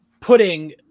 putting